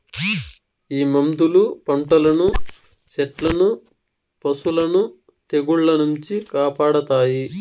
ఈ మందులు పంటలను సెట్లను పశులను తెగుళ్ల నుంచి కాపాడతాయి